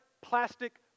plastic